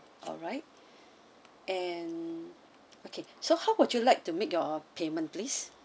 alright and okay so how would you like to make your payment please